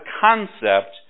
concept